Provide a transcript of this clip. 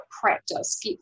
Practice